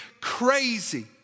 crazy